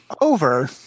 over